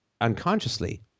unconsciously